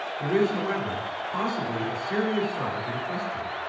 there is, however, possibly a serious side to the question,